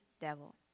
devil